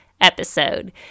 episode